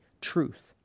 truth